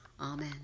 Amen